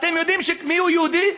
אתם יודעים מיהו יהודי?